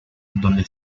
donde